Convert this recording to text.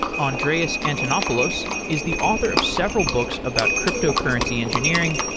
andreas antonopoulos is the author of several books about cryptocurrency engineering,